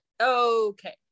okay